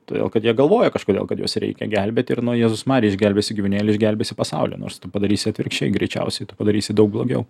todėl kad jie galvoja kažkodėl kad juos reikia gelbėti ir na jėzus marja išgelbėsi gyvūnėlį išgelbėsi pasaulį nors tu padarysi atvirkščiai greičiausiai tu padarysi daug blogiau